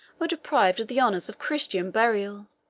were deprived of the honors of christian burial